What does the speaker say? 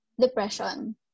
depression